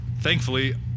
Thankfully